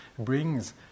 brings